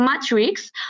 matrix